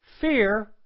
Fear